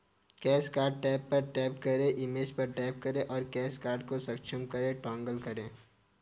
cash card tab पर tap करें, image पर टैप करें और कैश कार्ड को सक्षम करें टॉगल करें